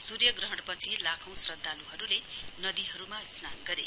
सूर्य ग्रहण पछि लाखौं श्रध्दालुहरुले नदीहरुमा स्नान गरे